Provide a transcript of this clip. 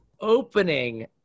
opening